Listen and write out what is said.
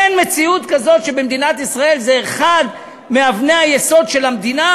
אין מציאות כזאת שבמדינת ישראל זה אחד מאבני היסוד של המדינה: